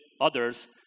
others